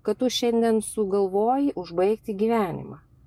kad tu šiandien sugalvoji užbaigti gyvenimą